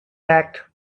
act